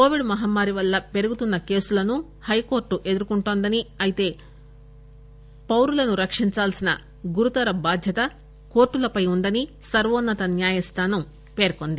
Covid మహమ్మారి వల్ల పెరుగుతున్న కేసులను హైకోర్టు ఎదురుకుంటున్నదని అయితే పౌరులను రక్షించవలసిన గురుతర బాధ్యత కోర్టులపై ఉందని సర్వోన్నత న్యాయస్థానం పేర్కొంది